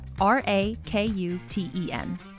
R-A-K-U-T-E-N